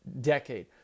decade